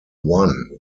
one